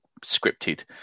scripted